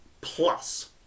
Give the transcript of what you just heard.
plus